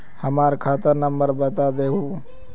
हमर खाता नंबर बता देहु?